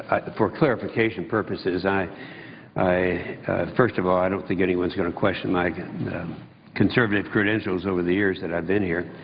for clarification purposes. i i first of all i don't think anyone is going to question my like and conservative credentials over the years that i've been here,